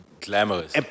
Glamorous